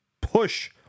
push